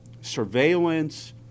surveillance